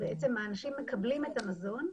האנשים מקבלים את המזון,